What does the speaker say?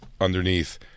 underneath